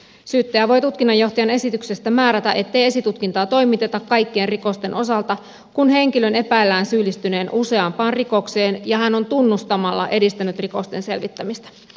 syyttäjä voisi tutkinnanjohtajan esityksestä määrätä ettei esitutkintaa toimiteta kaikkien rikosten osalta kun henkilön epäillään syyllistyneen useampaan rikokseen ja hän on tunnustamalla edistänyt rikosten selvittämistä